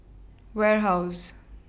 Warehouse